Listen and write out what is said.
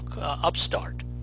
upstart